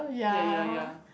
ya ya ya